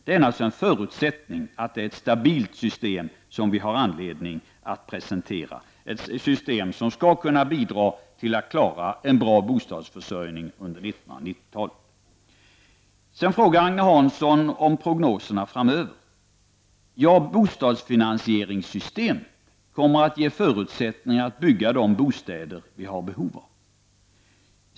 Det är naturligtvis en förutsättning att det är ett stabilt system som vi har anledning att presentera, dvs. ett system som skall kunna bidra till att klara en bra bostadsförsörjning under 1990 Agne Hansson frågade om prognoserna framöver. Bostadsfinansieringssystemet kommer att ge förutsättningar för att bygga de bostäder som vi har behov av.